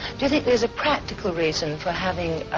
does it there's a practical reason for having